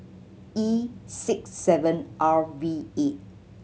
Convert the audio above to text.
E six seven R V eight